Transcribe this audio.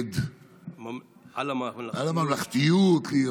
על ממלכתיות.